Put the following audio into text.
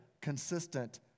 consistent